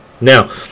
now